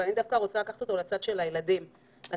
אבל אני דווקא רוצה לקחת אותו לצד של הילדים והנוער.